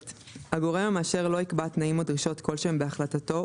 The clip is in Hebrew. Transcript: (ב)הגורם המאשר לא יקבע תנאים או דרישות כלשהם בהחלטתו,